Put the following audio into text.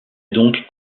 donc